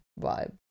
vibe